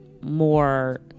more